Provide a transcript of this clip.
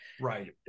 Right